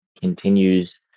continues